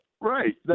Right